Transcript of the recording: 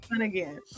again